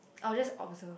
I'll just observe